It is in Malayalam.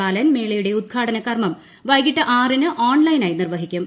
ബാലൻ മേളയുടെ ഉദ്ഘാടന കർമ്മം വൈകിട്ട് ആറിന് ഓൺലൈനായി നിർവഹിക്കും